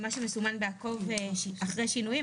מדברים שם על מי שנעשה זכאי לתשלום אזרח ותיק.